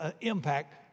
impact